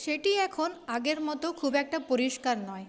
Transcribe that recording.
সেটি এখন আগের মতো খুব একটা পরিষ্কার নয়